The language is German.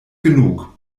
genug